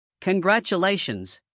Congratulations